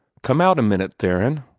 come out a minute, theron!